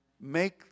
make